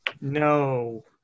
No